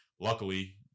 luckily